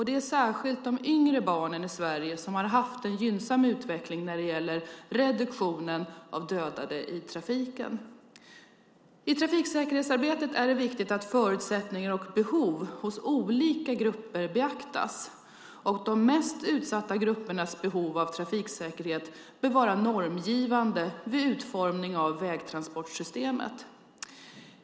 Det är särskilt de yngre barnen i Sverige som har haft en mycket gynnsam utveckling när det gäller reduktionen av dödade i trafiken. I trafiksäkerhetsarbetet är det viktigt att förutsättningar och behov hos olika grupper beaktas. De mest utsatta gruppernas behov av trafiksäkerhet bör vara normgivande vid utformning av vägtransportsystemet.